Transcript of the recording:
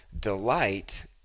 delight